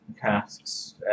tasks